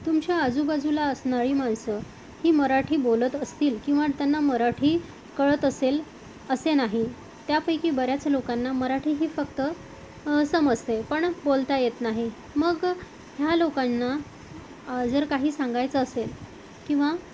तुमच्या आजूबाजूला असणारी माणसं ही मराठी बोलत असतील किंवा त्यांना मराठी कळत असेल असे नाही त्यापैकी बऱ्याच लोकांना मराठी ही फक्त समजते पण बोलता येत नाही मग ह्या लोकांना जर काही सांगायचं असेल किंवा